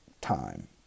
time